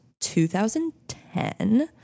2010